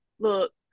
look